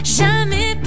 jamais